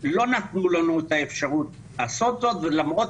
לא נתנו לנו את האפשרות לעשות זאת ולמרות